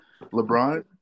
LeBron